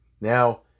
now